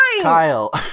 Kyle